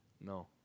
No